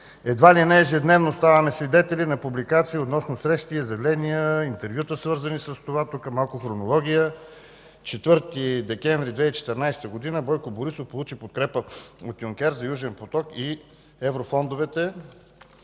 Едва ли не ежедневно ставаме свидетели на публикации относно срещи, изявления и интервюта, свързани с това. Тук – малко хронология. 4 декември 2014 г.: „Бойко Борисов получи подкрепа от Юнкер за „Южен поток“ и еврофондовете“.